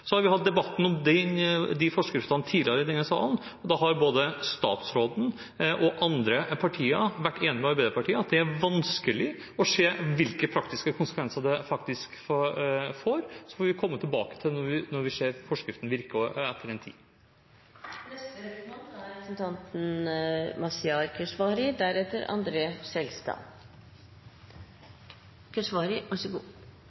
Så har vi hatt debatt om de forskriftene tidligere i denne salen. Da har både statsråden og andre partier vært enige med Arbeiderpartiet i at det er vanskelig å se hvilke praktiske konsekvenser det får, så det får vi komme tilbake til når forskriften har virket en tid. Det er mulig at etterpåklokskap er en eksakt vitenskap, men forsøk på historieforfalskning er